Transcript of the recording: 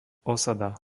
osada